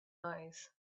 eyes